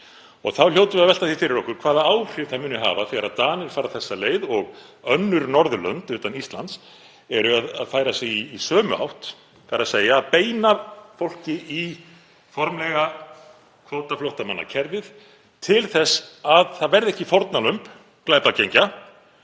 í. Þá hljótum við að velta því fyrir okkur hvaða áhrif það muni hafa þegar Danir fara þessa leið og önnur Norðurlönd utan Íslands eru að færa sig í sömu átt, þ.e. að beina fólki í formlega kvótaflóttamannakerfið til þess að það verði ekki fórnarlömb glæpagengja